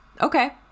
okay